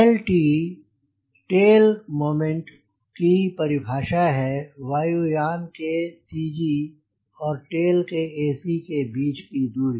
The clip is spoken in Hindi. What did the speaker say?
l t टेल मोमेंट की परिभाषा है वायु यान के सी जी और टेल के ए सी ac के बीच की दूरी